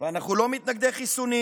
ואנחנו לא מתנגדי חיסונים.